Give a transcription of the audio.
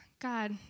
God